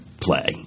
play